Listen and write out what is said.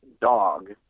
dog